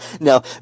Now